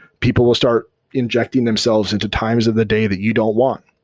people will start injecting themselves into times of the day that you don't want.